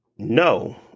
No